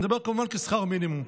אני מדבר כמובן כשכר מינימום.